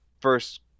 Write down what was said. first